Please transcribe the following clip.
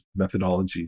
methodologies